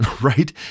right